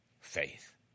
faith